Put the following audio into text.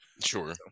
sure